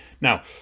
Now